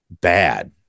bad